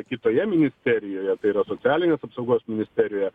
kitoje ministerijoje tai yra socialinės apsaugos ministerijoje